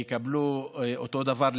יקבלו אותו דבר,